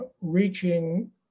reaching